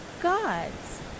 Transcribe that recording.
gods